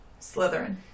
Slytherin